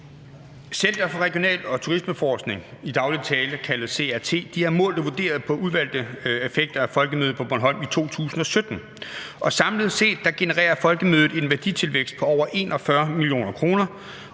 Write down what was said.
Center for Regional- og Turismeforskning – i daglig tale kaldet CRT – har målt og vurderet på udvalgte effekter af Folkemødet på Bornholm i 2017. Samlet set genererer Folkemødet en værditilvækst på over 41 mio. kr.